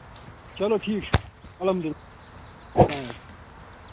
چلو ٹھیٖک چھُ الحمدُللہ آ